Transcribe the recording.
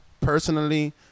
personally